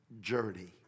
journey